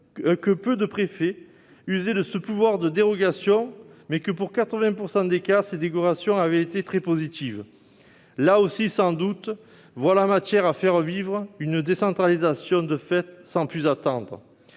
que peu de préfets usaient de ce pouvoir de dérogation, mais que, dans 80 % des cas, les dérogations avaient été très positives. Il y a là aussi sans doute matière à faire vivre une décentralisation de fait sans plus attendre.